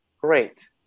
great